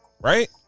Right